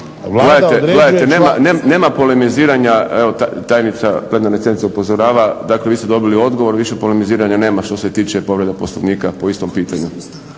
Vlada određuje…